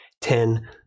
ten